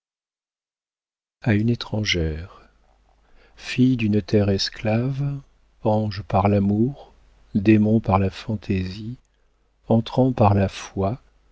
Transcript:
une étrangère fille d'une terre esclave ange par l'amour démon par la fantaisie enfant par la foi